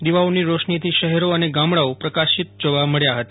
દીવાઓની રોશનીથી શહેરો અને ગામડાઓ પ્રકાશિત જોવા મળ્યા હતા